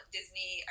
Disney